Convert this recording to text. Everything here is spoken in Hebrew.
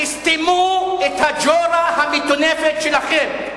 תסתמו את הג'ורה המטונפת שלכם.